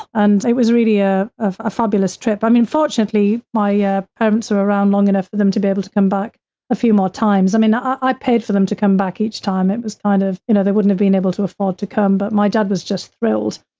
and it was really a fabulous trip. i mean, fortunately, my yeah parents were around long enough for them to be able to come back a few more times. i mean, i paid for them to come back each time. it was kind of, you know, there wouldn't have been able to afford to come, but my dad was just thrilled.